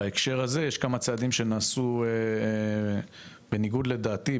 בהקשר לקליטת עלייה יש כמה צעדים שנעשו בניגוד לדעתי,